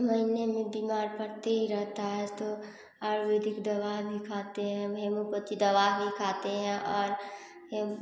महीने में बीमार पड़ते ही रहता है तो आयुर्वेदिक दवा भी खाते हैं हेमोपेथीक दवा भी खाते हैं और हेम